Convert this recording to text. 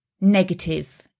negative